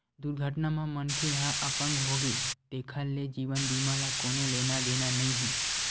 दुरघटना म मनखे ह अपंग होगे तेखर ले जीवन बीमा ल कोनो लेना देना नइ हे